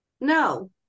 no